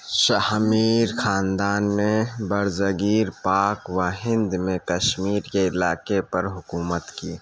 شاہ میر خاندان نے بر صغیر پاک و ہند میں کشمیر کے علاقے پر حکومت کی